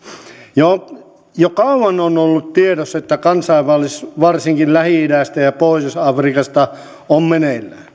jo kauan on ollut tiedossa että kansainvaellus varsinkin lähi idästä ja pohjois afrikasta on meneillään